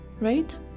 Right